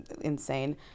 insane